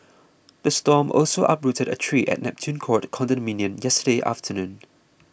the storm also uprooted a tree at Neptune Court condominium yesterday afternoon